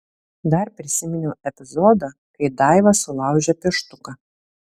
dar prisiminiau epizodą kai daiva sulaužė pieštuką